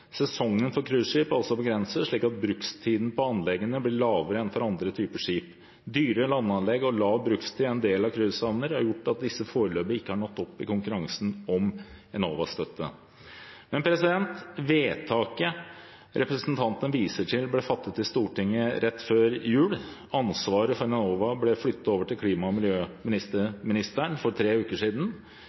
Sesongen for cruiseskip er også begrenset, slik at brukstiden på anleggene blir lavere enn for andre typer skip. Dyre landanlegg og lav brukstid i en del cruisehavner har gjort at disse foreløpig ikke har nådd opp i konkurransen om Enova-støtte. Vedtaket representanten viser til, ble fattet i Stortinget rett før jul. Ansvaret for Enova ble flyttet over til klima- og miljøministeren for tre uker siden.